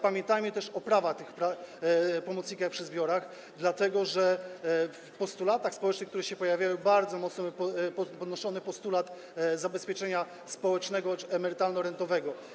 Pamiętajmy też o prawach tych pomocników przy zbiorach, dlatego że w postulatach społecznych, które się pojawiają, bardzo mocno jest podnoszona kwestia zabezpieczenia społecznego czy emerytalno-rentowego.